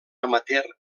amateur